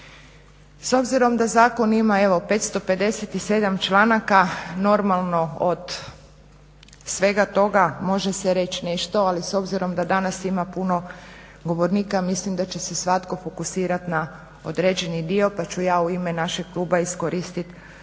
S obzirom da zakon ima evo 557 članaka normalno od svega toga može se reći nešto ali s obzirom da danas ima puno govornika mislim da će se svatko fokusirati na određeni dio pa ću ja u ime našeg kluba iskoristiti